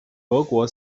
俄国